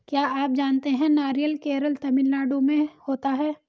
क्या आप जानते है नारियल केरल, तमिलनाडू में होता है?